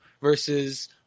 versus